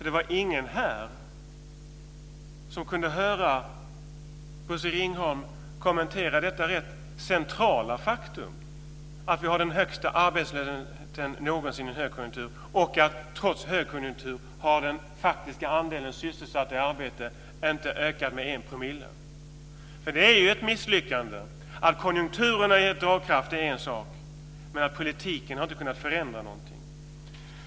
Det var nämligen ingen här som kunde höra Bosse Ringholm kommentera detta rätt centrala faktum att vi har högsta arbetslösheten någonsin i en högkonjunktur och att den faktiska andelen sysselsatta i arbete trots högkonjunkturen inte har ökat med en promille. Det är ju ett misslyckande. Att konjunkturen har gett dragkraft är en sak. Men politiken har inte kunnat förändra någonting.